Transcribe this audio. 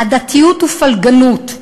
עדתיות ופלגנות,